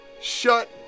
Shut